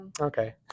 Okay